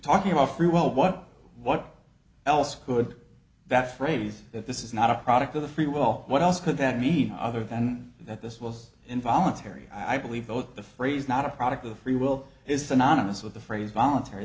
talking about free will but what else could that phrase if this is not a product of the free will what else could that mean other than that this was involuntary i believe both the phrase not a product of free will is synonymous with the phrase voluntary